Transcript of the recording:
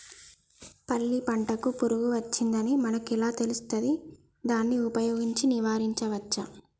పల్లి పంటకు పురుగు వచ్చిందని మనకు ఎలా తెలుస్తది దాన్ని ఉపయోగించి నివారించవచ్చా?